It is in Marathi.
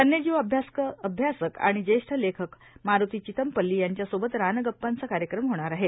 वन्यजीव अभ्यासक आणि ज्येष्ठ लेखक मारुती चित्तमपल्ली यांच्यासोबत रान प्पांचा कार्यक्रम होणार आहे